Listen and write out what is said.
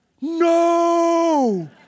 no